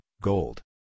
gold